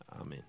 Amen